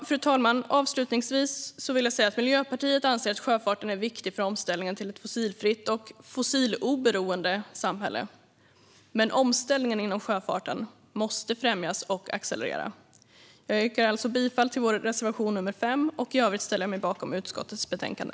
Fru talman! Miljöpartiet anser att sjöfarten är viktig för omställningen till ett fossilfritt och fossiloberoende samhälle. Men omställningen inom sjöfarten måste främjas och accelerera. Jag yrkar bifall till vår reservation nr 5. I övrigt ställer jag mig bakom utskottets betänkande.